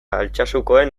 altsasukoen